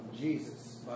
Jesus